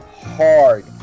hard